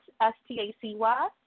S-T-A-C-Y